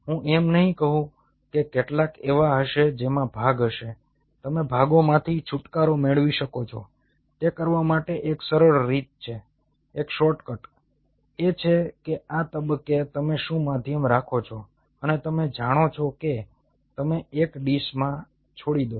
હું એમ નહીં કહું કે કેટલાક એવા હશે જેમાં ભાગ હશે તમે ભાગોમાંથી છુટકારો મેળવી શકો છો તે કરવા માટે એક સરળ રીત છે એક શોર્ટકટ એ છે કે આ તબક્કે તમે શું માધ્યમ રાખો છો અને તમે જાણો છો કે તેને એક ડીશમાં છોડી દો